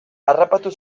harrapatu